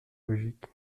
logique